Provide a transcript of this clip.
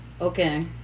Okay